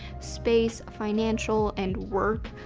space, financial and work.